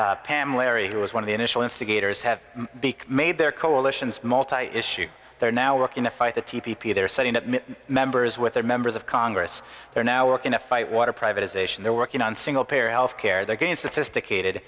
pam larry who was one of the initial instigators have made their coalitions multi issue they're now working to fight the tea p p they're setting up members with their members of congress they're now working to fight water privatization they're working on single payer health care they're getting sophisticated